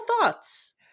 thoughts